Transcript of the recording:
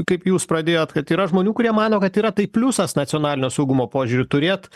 kaip jūs pradėjot kad yra žmonių kurie mano kad yra tai pliusas nacionalinio saugumo požiūriu turėt